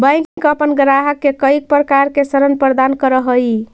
bank अपन ग्राहक के कईक प्रकार के ऋण प्रदान करऽ हइ